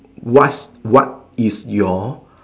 what's what is your